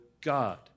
God